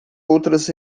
outras